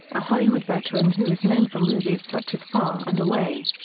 a hollywood veteran who is known for movies such as far and away.